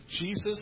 Jesus